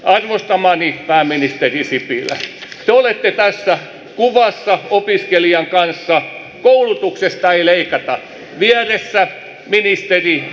arvostamani pääministeri sipilä te olette tässä kuvassa opiskelijan kanssa tekstinä koulutuksesta ei leikata vieressä ministeri stubb